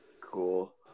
Cool